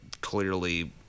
clearly